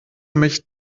mich